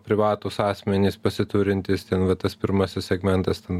privatūs asmenys pasiturintys ten va tas pirmasis segmentas ten